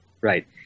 Right